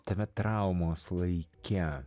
tame traumos laike